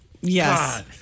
Yes